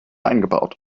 eingebaut